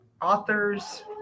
authors